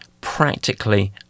practically